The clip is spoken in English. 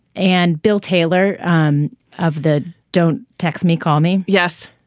and bill taylor um of the don't text me call me. yes.